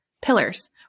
pillars